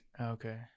okay